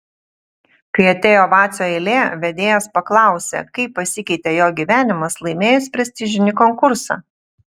kai atėjo vacio eilė vedėjas paklausė kaip pasikeitė jo gyvenimas laimėjus prestižinį konkursą